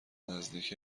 نزدیک